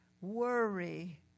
worry